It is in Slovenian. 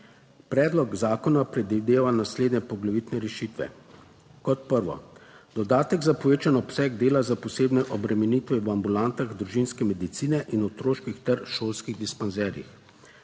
Predlog zakona predvideva naslednje poglavitne rešitve. Kot prvo, dodatek za povečan obseg dela za posebne obremenitve v ambulantah družinske medicine in otroških ter šolskih dispanzerjih.